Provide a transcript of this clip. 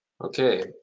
Okay